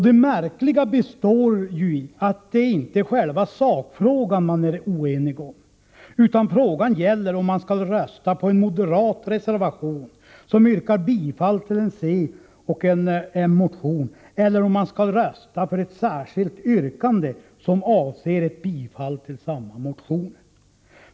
Det märkliga består i att det inte är själva sakfrågan de borgerliga är oeniga om, utan frågan gäller om de skall rösta för en moderat reservation, där det yrkas bifall till en coch en m-motion, eller om de skall rösta för ett särskilt yrkande som avser ett bifall till samma motioner.